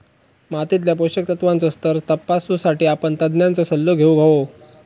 मातीतल्या पोषक तत्त्वांचो स्तर तपासुसाठी आपण तज्ञांचो सल्लो घेउक हवो